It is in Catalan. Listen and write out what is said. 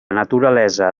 naturalesa